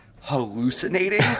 hallucinating